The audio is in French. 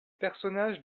personnages